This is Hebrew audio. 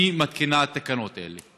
אני מתקינה תקנות אלה.